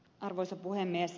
arvoisa puhemies